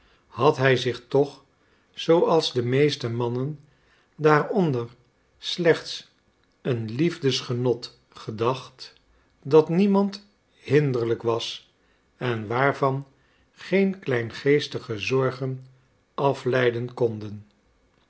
had hij zich toch zooals de meeste mannen daaronder slechts een liefdesgenot gedacht dat niemand hinderlijk was en waarvan geen kleingeestige zorgen afleiden konden